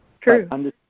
true